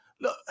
look